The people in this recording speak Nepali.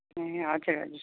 ए हजुर हजुर सर